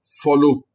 follow